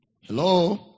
Hello